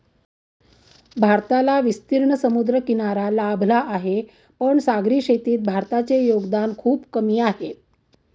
भारताला विस्तीर्ण समुद्रकिनारा लाभला आहे, पण सागरी शेतीत भारताचे योगदान खूप कमी आहे